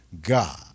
God